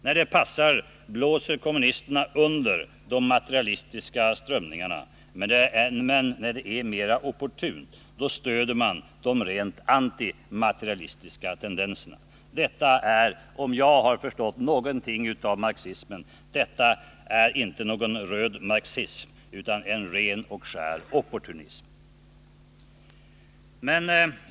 När det passar blåser kommunisterna under de materialistiska strömningarna, men när det är mer opportunt stöder man de rent antimaterialistiska tendenserna. Om jag förstått någonting av marxismen, är detta inte någon röd marxism, utan en ren och skär opportunism.